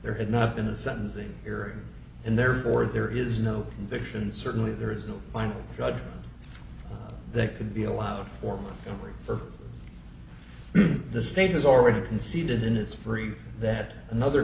there had not been a sentencing hearing and therefore there is no conviction certainly there is no final judgment that could be allowed or for the state has already conceded in its free that another